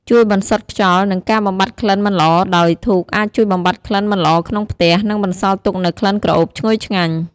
ជួយបន្សុទ្ធខ្យល់ និងការបំបាត់ក្លិនមិនល្អដោយ ធូបអាចជួយបំបាត់ក្លិនមិនល្អក្នុងផ្ទះ និងបន្សល់ទុកនូវក្លិនក្រអូបឈ្ងុយឆ្ងាញ់។